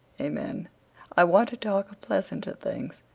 amen i want to talk of pleasanter things.